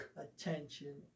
attention